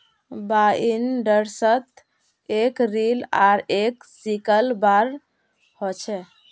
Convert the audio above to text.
बाइंडर्सत एक रील आर एक सिकल बार ह छे